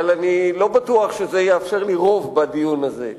אבל אני לא בטוח שזה יאפשר לי רוב בדיון הזה.